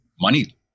money